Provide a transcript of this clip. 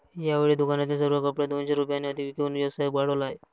यावेळी दुकानातील सर्व कपडे दोनशे रुपयांनी अधिक विकून व्यवसाय वाढवला आहे